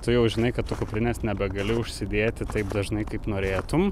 tu jau žinai kad tu kuprinės nebegali užsidėti taip dažnai kaip norėtum